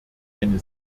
eine